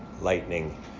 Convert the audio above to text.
lightning